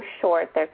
short